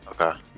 Okay